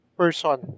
person